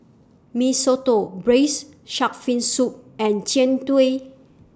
Mee Soto Braised Shark Fin Soup and Jian Dui